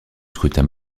scrutin